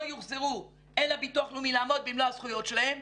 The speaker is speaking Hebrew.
יוחזרו אל הביטוח לאומי לעמוד במלוא הזכויות שלהם.